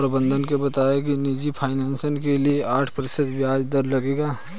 प्रबंधक ने बताया कि निजी फ़ाइनेंस के लिए आठ प्रतिशत ब्याज दर लगेगा